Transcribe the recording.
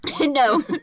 No